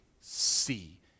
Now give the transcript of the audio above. see